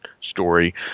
story